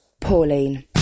pauline